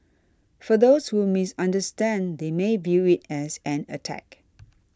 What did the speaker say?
for those who misunderstand they may view it as an attack